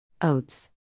Oats